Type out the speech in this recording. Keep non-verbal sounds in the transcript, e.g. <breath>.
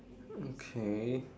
okay <breath>